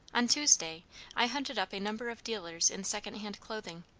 on tuesday i hunted up a number of dealers in secondhand clothing,